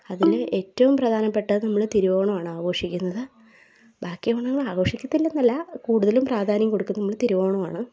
അതിൽ ഏറ്റവും പ്രധാനപ്പെട്ടത് നമ്മൾ തിരുവോണമാണ് ആഘോഷിക്കുന്നത് ബാക്കിയോണങ്ങൾ ആഘോഷിക്കത്തില്ലെന്നല്ല കൂടുതലും പ്രാധാന്യം കൊടുക്കുന്നത് നമ്മൾ തിരുവോണമാണ്